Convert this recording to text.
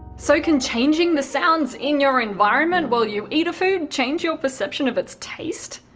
so, can changing the sounds in your environment while you eat a food change your perception of its taste?